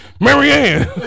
Marianne